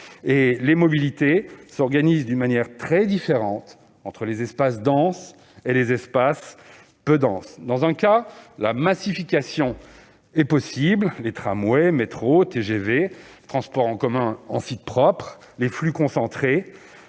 Les mobilités s'organisent d'une manière très différente entre les espaces denses et peu denses. Dans un cas, la massification est possible- tramways, métros, TGV, transports en commun en site propre, etc. -, les